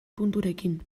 punturekin